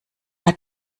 hat